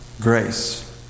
Grace